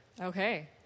okay